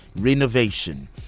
renovation